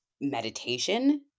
meditation